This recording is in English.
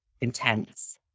intense